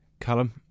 Callum